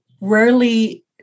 rarely